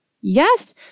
Yes